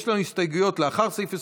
יש לנו הסתייגויות אחרי סעיף 21,